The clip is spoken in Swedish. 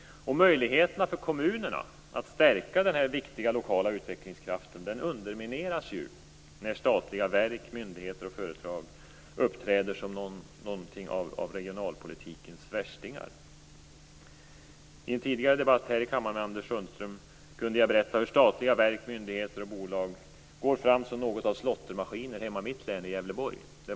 Möjligheterna för kommunerna att stärka den viktiga lokala utvecklingskraften undermineras när statliga verk, myndigheter och företag uppträder som regionalpolitikens värstingar. I en tidigare debatt i kammaren, Anders Sundström, kunde jag berätta hur statliga verk, myndigheter och bolag går fram som något av slåttermaskiner i mitt hemlän Gävleborg.